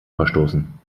verstoßen